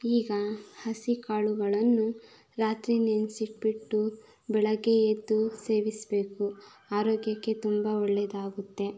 ಈಗ ಹಸಿ ಕಾಳುಗಳನ್ನು ರಾತ್ರಿ ನೆನೆಸಿಟ್ಬಿಟ್ಟು ಬೆಳಗ್ಗೆ ಎದ್ದು ಸೇವಿಸಬೇಕು ಆರೋಗ್ಯಕ್ಕೆ ತುಂಬ ಒಳ್ಳೆಯದಾಗುತ್ತೆ